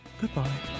Goodbye